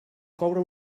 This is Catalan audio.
coure